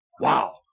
wow